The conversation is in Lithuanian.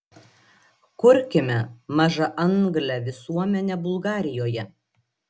kurkime mažaanglę visuomenę bulgarijoje